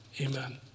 Amen